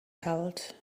held